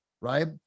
right